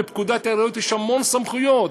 בפקודת העיריות יש המון סמכויות,